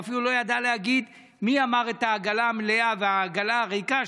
הוא אפילו לא ידע להגיד מי אמר את העגלה המלאה והעגלה הריקה,